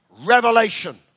revelation